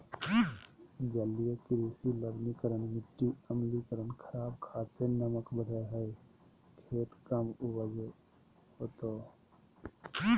जलीय कृषि लवणीकरण मिटी अम्लीकरण खराब खाद से नमक बढ़े हइ खेत कम उपज होतो